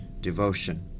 devotion